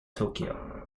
tokyo